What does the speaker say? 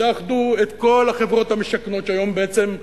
תאחדו את כל החברות המשכנות, שהיום בעצם,